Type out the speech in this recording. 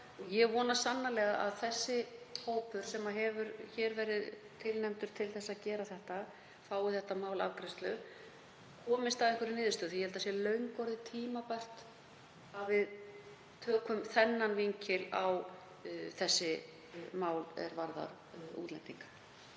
Ég vona sannarlega að þessi hópur, sem hefur verið tilnefndur til að gera þetta, fái þetta mál til afgreiðslu, komist að einhverri niðurstöðu. Ég held að það sé löngu orðið tímabært að við tökum þann vinkil á þessi mál er varða útlendinga.